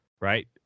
right